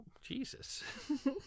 Jesus